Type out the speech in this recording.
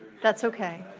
that's okay.